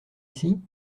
ici